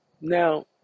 Now